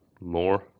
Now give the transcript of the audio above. more